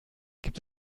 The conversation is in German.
gibt